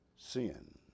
sin